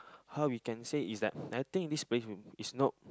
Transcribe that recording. how we can say is that I think this pavement is not